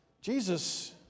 Jesus